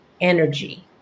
energy